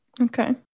Okay